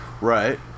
Right